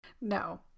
No